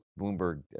Bloomberg